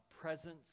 presence